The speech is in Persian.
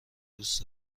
دوست